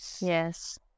Yes